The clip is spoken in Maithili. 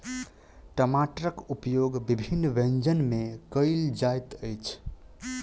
टमाटरक उपयोग विभिन्न व्यंजन मे कयल जाइत अछि